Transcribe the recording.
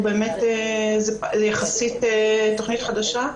יחסית תכנית חדשה,